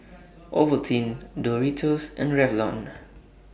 Ovaltine Doritos and Revlon